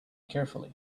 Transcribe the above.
carefully